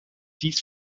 dies